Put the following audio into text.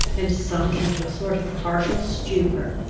and sunk into a sort of partial stupor,